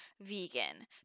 vegan